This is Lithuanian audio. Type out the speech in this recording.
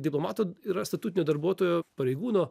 diplomato yra statutinio darbuotojo pareigūno